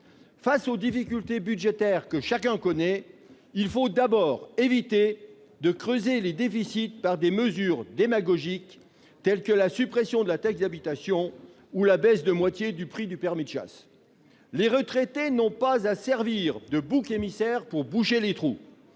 Face aux difficultés budgétaires que chacun connaît, il faut d'abord éviter de creuser les déficits par des mesures démagogiques telles que la suppression de la taxe d'habitation ou la baisse de moitié du prix du permis de chasse. Les retraités n'ont pas à servir de bouc émissaire pour boucher les trous.